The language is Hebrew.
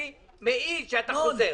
ואני מעיד שאתה חוזר.